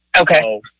Okay